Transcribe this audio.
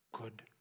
good